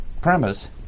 premise